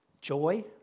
joy